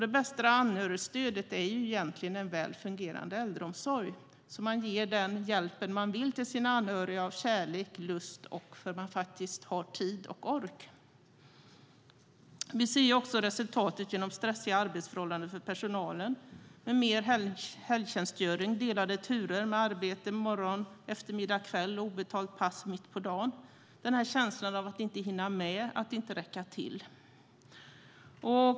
Det bästa anhörigstödet är egentligen en väl fungerande äldreomsorg, så att man ger den hjälp man vill till sina anhöriga av kärlek, lust och för att man har tid och ork. Vi ser också resultatet av stressiga arbetsförhållanden för personalen med mer helgtjänstgöring, delade turer med arbete morgon, eftermiddag, kväll och ett obetalt pass mitt på dagen. Vidare är det känslan av att inte hinna med och räcka till.